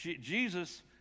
Jesus